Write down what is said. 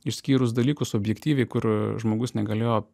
išskyrus dalykus objektyviai kur žmogus negalėjo